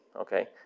Okay